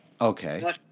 Okay